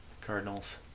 Cardinals